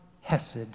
Hesed